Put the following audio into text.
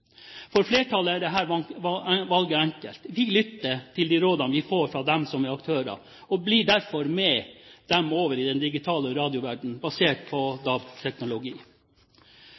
For flertallet er dette valget enkelt. Vi lytter til de rådene vi får fra dem som er aktører, og blir derfor med dem over i den digitale radioverdenen, basert på